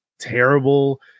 Terrible